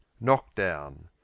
Knockdown